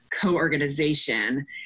co-organization